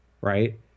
right